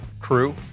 crew